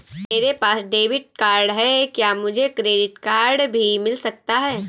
मेरे पास debit card है क्या मुझे क्रेडिट कार्ड भी मिल सकता है?